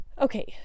okay